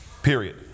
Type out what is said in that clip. Period